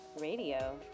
radio